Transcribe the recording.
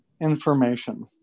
information